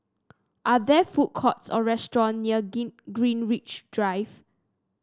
are there food courts or restaurants near Greenwich Drive